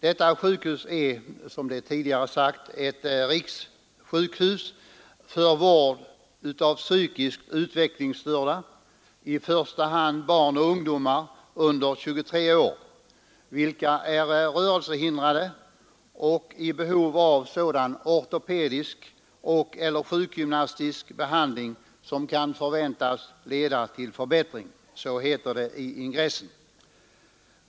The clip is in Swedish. Detta sjukhus är, som tidigare sagts, ett rikssjukhus för vård av psykiskt utvecklingsstörda, i första hand barn och ungdomar under 23 år, vilka är rörelsehindrade och i behov av sådan ortopedisk och/eller sjukgymnastisk behandling som kan förväntas leda till förbättring. Så heter det i ingressen till motionen.